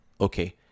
okay